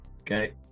Okay